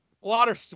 water